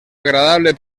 agradable